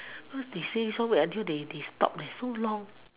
cause they say so wait until they stop leh so long